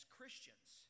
Christians